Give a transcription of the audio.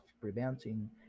preventing